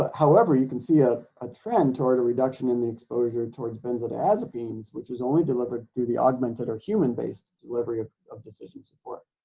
however, you can see ah a trend toward a reduction in the exposure towards benzodiazepines which was only delivered through the augmented or human based delivery of of decision support.